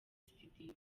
studio